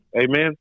Amen